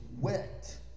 wet